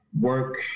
work